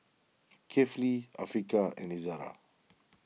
Kefli Afiqah and Izara